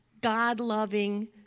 God-loving